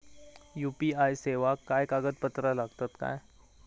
UPI सेवाक काय कागदपत्र लागतत काय?